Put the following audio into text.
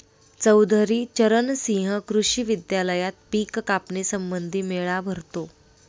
चौधरी चरण सिंह कृषी विद्यालयात पिक कापणी संबंधी मेळा भरतो